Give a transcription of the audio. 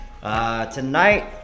Tonight